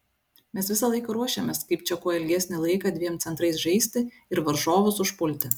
mes visą laiką ruošėmės kaip čia kuo ilgesnį laiką dviem centrais žaisti ir varžovus užpulti